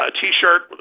T-shirt